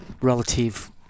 relative